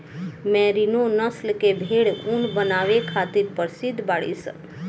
merino नस्ल के भेड़ ऊन बनावे खातिर प्रसिद्ध बाड़ीसन